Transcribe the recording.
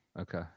Okay